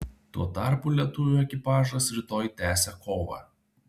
tuo tarpu lietuvių ekipažas rytoj tęsia kovą